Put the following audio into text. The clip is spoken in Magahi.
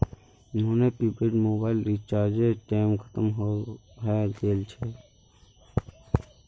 मोहनेर प्रीपैड मोबाइल रीचार्जेर टेम खत्म हय गेल छे